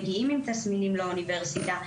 מגיעים עם תסמינים לאוניברסיטה,